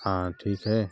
हाँ ठीक है